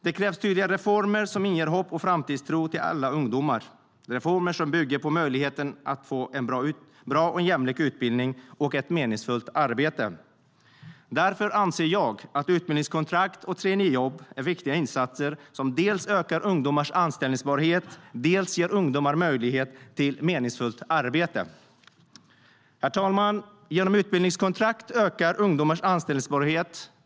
Det krävs tydliga reformer som inger hopp och framtidstro till alla ungdomar, reformer som bygger på möjligheten att få en bra och jämlik utbildning och ett meningsfullt arbete. Därför anser jag att utbildningskontrakt och traineejobb är viktiga insatser som dels ökar ungdomars anställbarhet, dels ger ungdomar möjlighet till meningsfullt arbete. Genom utbildningskontrakt ökar ungdomars anställbarhet.